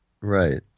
Right